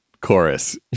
chorus